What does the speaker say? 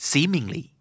Seemingly